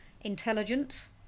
Intelligence